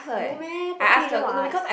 no meh property agent what